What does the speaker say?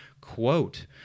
Quote